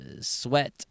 sweat